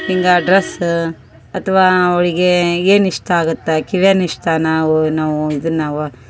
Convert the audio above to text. ಹಿಂಗೆ ಡ್ರೆಸ್ಸ್ ಅಥವಾ ಅವ್ಳಿಗೆ ಏನು ಇಷ್ಟ ಆಗತ್ತೆ ಕಿವ್ಯಾನ ಇಷ್ಟ ನಾವು ನಾವು ಇದನ್ನು ನಾವು